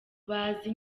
bazi